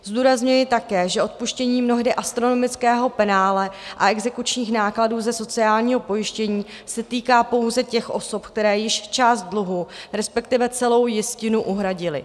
Zdůrazňuji také, že odpuštění mnohdy astronomického penále a exekučních nákladů ze sociálního pojištění se týká pouze těch osob, které již část dluhu, respektive celou jistinu, uhradily.